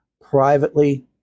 privately